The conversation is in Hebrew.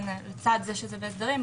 לצד זה שזה בהסדרים,